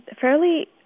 fairly